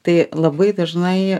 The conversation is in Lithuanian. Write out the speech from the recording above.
tai labai dažnai